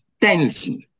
tension